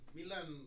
Milan